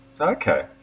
Okay